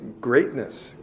greatness